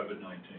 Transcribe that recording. COVID-19